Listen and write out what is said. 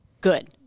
Good